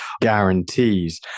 guarantees